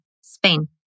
Spain